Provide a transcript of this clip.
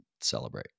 celebrate